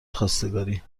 خواستگاری